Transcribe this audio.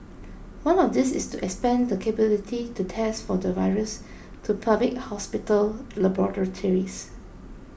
one of these is to expand the capability to test for the virus to public hospital laboratories